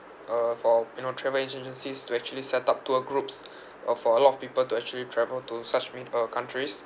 uh for you know travel agencies to actually set up tour groups uh for a lot of people to actually travel to such mid~ uh countries